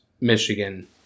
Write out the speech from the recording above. Michigan